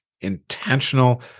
intentional